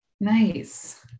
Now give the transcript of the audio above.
nice